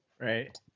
Right